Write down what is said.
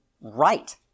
right